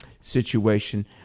situation